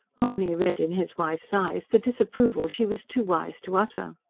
mahony read in his wife's eyes the disapproval she was too wise to utter.